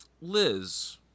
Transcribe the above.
Liz